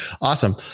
Awesome